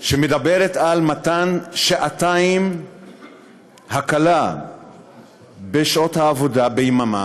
שמדברת על מתן שעתיים הקלה בשעות העבודה, ביממה,